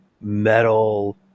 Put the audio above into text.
metal